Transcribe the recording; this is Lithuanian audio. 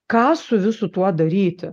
ką su visu tuo daryti